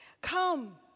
come